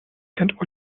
kennt